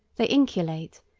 they inculcate,